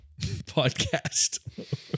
podcast